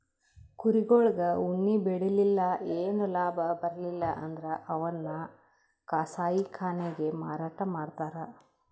ಕುರಿಗೊಳಿಗ್ ಉಣ್ಣಿ ಬೆಳಿಲಿಲ್ಲ್ ಏನು ಲಾಭ ಬರ್ಲಿಲ್ಲ್ ಅಂದ್ರ ಅವನ್ನ್ ಕಸಾಯಿಖಾನೆಗ್ ಮಾರಾಟ್ ಮಾಡ್ತರ್